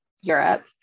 Europe